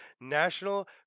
National